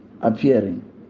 appearing